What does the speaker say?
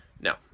No